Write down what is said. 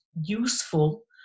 useful